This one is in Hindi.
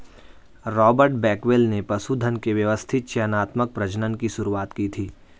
रॉबर्ट बेकवेल ने पशुधन के व्यवस्थित चयनात्मक प्रजनन की शुरुआत की थी